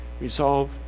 Resolve